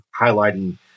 highlighting